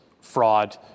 fraud